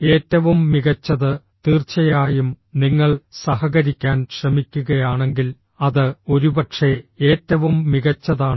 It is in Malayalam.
ഏറ്റവും മികച്ചത് തീർച്ചയായും നിങ്ങൾ സഹകരിക്കാൻ ശ്രമിക്കുകയാണെങ്കിൽ അത് ഒരുപക്ഷേ ഏറ്റവും മികച്ചതാണ്